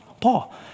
Paul